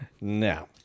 No